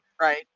right